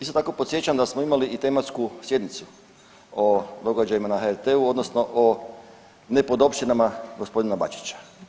Isto tako podsjećam da smo imali i tematsku sjednicu o događajima na HRT-u odnosno o nepodopštinama gospodina Bačića.